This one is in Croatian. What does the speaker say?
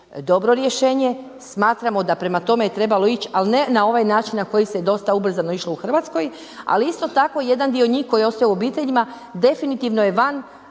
dobro rješenje. Smatramo da prema tome je trebalo ići ali ne na ovaj način na koji se dosta ubrzano išlo u Hrvatskoj. Ali isto tako jedan dio njih koji ostaje u obiteljima definitivno je van